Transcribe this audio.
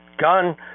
gun